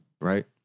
right